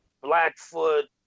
Blackfoot